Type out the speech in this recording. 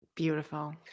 beautiful